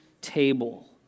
table